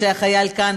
שהחייל כאן,